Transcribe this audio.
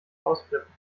ausflippen